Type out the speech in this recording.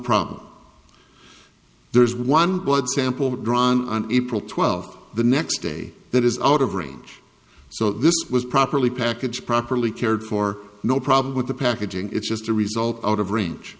problem there is one blood sample drawn on april twelfth the next day that is out of range so this was properly package properly cared for no problem with the packaging it's just a result out of range